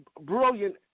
brilliant